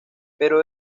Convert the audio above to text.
pero